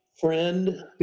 friend